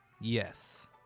Yes